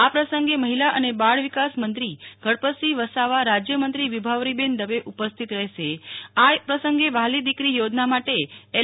આ પ્રસંગે મહિલા અને બાળ વિકાસ મંત્રી ગણપતસિંહ વસાવા રાજ્યમંત્રી વિભાવરીબેન દવે ઉપસ્થિતરહેશે આ પ્રસંગે વ્હાલી દીકરી યોજના માટે એલ